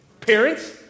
Parents